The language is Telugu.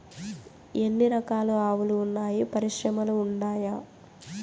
ఎన్ని రకాలు ఆవులు వున్నాయి పరిశ్రమలు ఉండాయా?